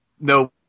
No